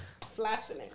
Flashing